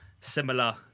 similar